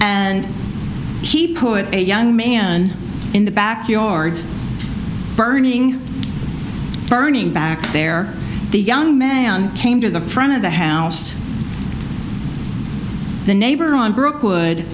and he put a young man in the backyard burning burning back there the young man came to the front of the house the neighbor on bro